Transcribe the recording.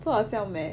不好笑 meh